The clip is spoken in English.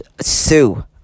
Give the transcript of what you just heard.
Sue